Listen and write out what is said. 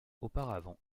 auparavant